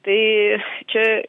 tai čia